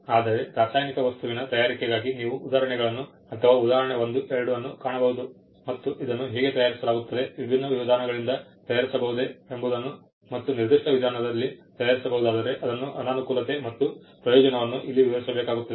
ಆದರೆ ರಾಸಾಯನಿಕ ವಸ್ತುವಿನ ತಯಾರಿಕೆಗಾಗಿ ನೀವು ಉದಾಹರಣೆಗಳನ್ನು ಅಥವಾ ಉದಾಹರಣೆ 1 2 ಅನ್ನು ಕಾಣಬಹುದು ಮತ್ತು ಇದನ್ನು ಹೇಗೆ ತಯಾರಿಸಲಾಗುತ್ತದೆ ವಿಭಿನ್ನ ವಿಧಾನಗಳಿಂದ ತಯಾರಿಸಬಹುದೇ ಎಂಬುದನ್ನು ಮತ್ತು ನಿರ್ದಿಷ್ಟ ವಿಧಾನದಲ್ಲಿ ತಯಾರಿಸಬಹುದಾದರೆ ಅದರ ಅನಾನುಕೂಲತೆ ಮತ್ತು ಪ್ರಯೋಜನವನ್ನು ಇಲ್ಲಿ ವಿವರಿಸಬೇಕಾಗುತ್ತದೆ